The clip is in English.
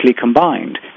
combined